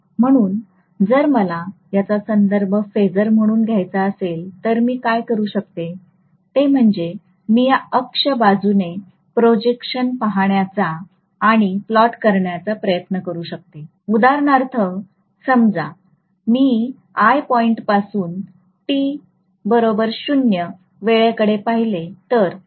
म्हणून जर मला याचा संदर्भ फेजर म्हणून घ्यायचा असेल तर मी काय करू शकते ते म्हणजे मी या अक्ष बाजूने प्रोजेक्शन पाहण्याचा आणि प्लॉट करण्याचा प्रयत्न करू शकते उदाहरणार्थ समजा मी I पॉईंट पासून t 0 वेळे कडे पहिले तर त्यांचे मूल्य ० असेल